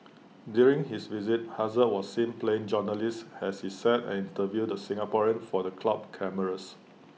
during his visit hazard was seen playing journalist as he sat and interviewed the Singaporean for the club cameras